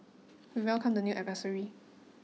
we welcomed the new advisory